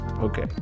okay